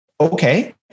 Okay